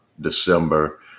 December